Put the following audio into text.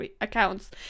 accounts